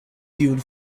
tiun